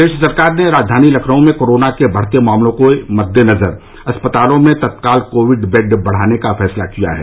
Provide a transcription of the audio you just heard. प्रदेश सरकार ने राजधानी लखनऊ में कोरोना के बढ़ते मामलों के मद्देनजर अस्पतालों में तत्काल कोविड बेड बढ़ाने का फैसला किया है